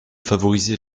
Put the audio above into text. favoriser